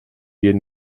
wir